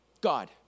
God